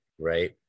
right